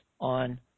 on